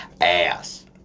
ass